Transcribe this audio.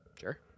Sure